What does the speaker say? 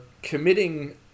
Committing